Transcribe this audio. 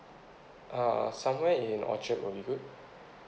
uh somewhere in orchard will be good